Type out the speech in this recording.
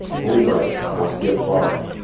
handbrakes must be applied.